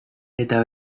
eta